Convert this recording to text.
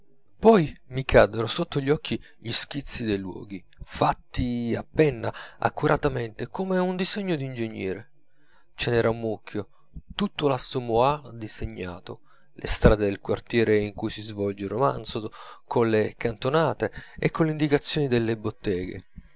poi mi caddero sotto gli occhi gli schizzi dei luoghi fatti a penna accuratamente come un disegno d'ingegnere ce n'era un mucchio tutto l'assommoir disegnato le strade del quartiere in cui si svolge il romanzo colle cantonate e coll'indicazione delle botteghe